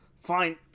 Fine